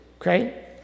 Okay